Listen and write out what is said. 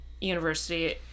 University